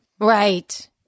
right